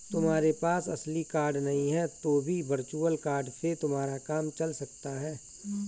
तुम्हारे पास असली कार्ड नहीं है तो भी वर्चुअल कार्ड से तुम्हारा काम चल सकता है